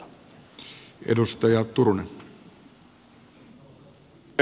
arvoisa puhemies